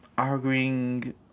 Arguing